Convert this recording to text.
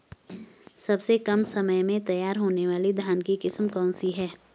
सबसे कम समय में तैयार होने वाली धान की किस्म कौन सी है?